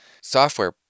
software